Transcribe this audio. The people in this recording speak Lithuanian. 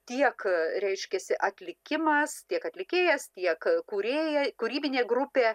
tiek reiškiasi atlikimas tiek atlikėjas tiek kūrėjai kūrybinė grupė